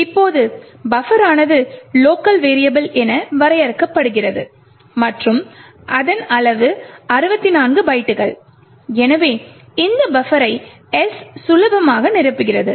இப்போது பஃபரானது local variable என வரையறுக்கப்படுகிறது மற்றும் அதன் அளவு 64 பைட்டுகள் எனவே இந்த பஃபரை S சுலபமாக நிரப்பி வழிகிறது